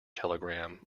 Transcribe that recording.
telegram